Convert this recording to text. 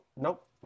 Nope